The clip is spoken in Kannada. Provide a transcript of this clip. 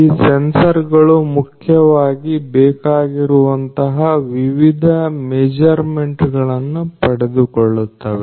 ಈ ಸೆನ್ಸಾರ್ಗಳು ಮುಖ್ಯವಾಗಿ ಬೇಕಾಗಿರುವಂತಹ ವಿವಿಧ ಮೆಜರ್ಮೆಂಟ್ ಗಳನ್ನು ಪಡೆದುಕೊಳ್ಳುತ್ತವೆ